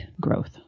growth